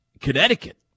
Connecticut